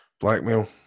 Blackmail